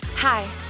Hi